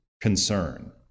concern